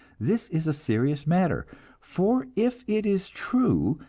this is a serious matter for if it is true,